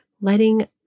letting